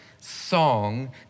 song